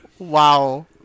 Wow